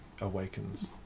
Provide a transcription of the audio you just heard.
Awakens